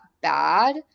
bad